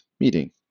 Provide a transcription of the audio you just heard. meeting